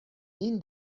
این